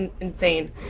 insane